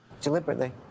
Deliberately